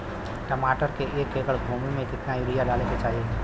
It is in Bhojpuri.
टमाटर के एक एकड़ भूमि मे कितना यूरिया डाले के चाही?